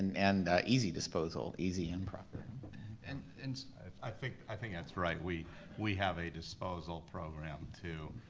and easy disposal, easy and proper. and and i think i think that's right, we we have a disposal program, too.